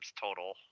total